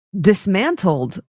dismantled